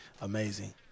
amazing